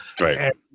Right